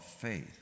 faith